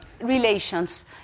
relations